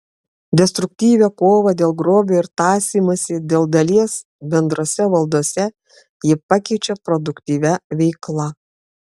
destruktyvią kovą dėl grobio ir tąsymąsi dėl dalies bendrose valdose ji pakeičia produktyvia veikla